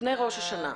לפני ראש השנה,